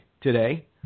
today